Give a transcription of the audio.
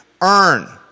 earn